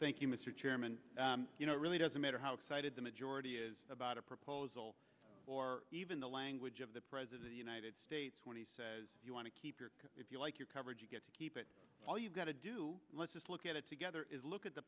you mr chairman you know really doesn't matter how excited the majority is about a proposal or even the language of the president the united states when he says you want to keep your cool if you like your coverage you get to keep it all you've got to do let's just look at it together is look at the